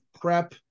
prep